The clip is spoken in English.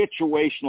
situational